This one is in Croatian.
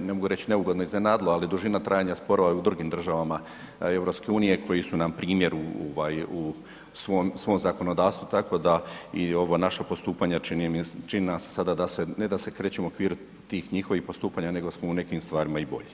ne mogu reći neugodno iznenadilo, ali dužina trajanja sporova je i u drugim državama EU koji su nam primjer u svom zakonodavstvu tako da i ova naša postupanja čini nam se sada ne da se krećemo u okviru tih njihovih postupanja nego smo u nekim stvarima i bolji.